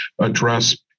address